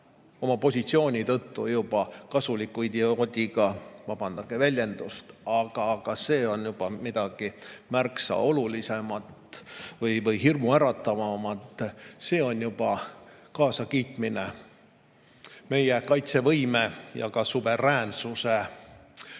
oma positsiooni tõttu kasuliku idioodiga, vabandage väljendust, aga see on juba midagi märksa hirmuäratavamat. See on juba kaasakiitmine meie kaitsevõime ja suveräänsuse